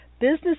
business